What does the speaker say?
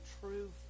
true